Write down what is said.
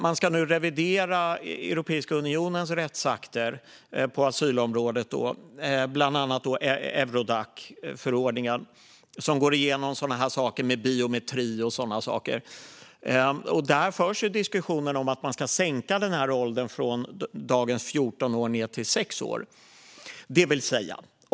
Man ska nu revidera Europeiska unionens rättsakter på asylområdet, bland annat Eurodacförordningen, som går igenom biometri och sådana saker. Där förs en diskussion om att sänka åldersgränsen från dagens 14 år till 6 år.